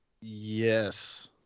Yes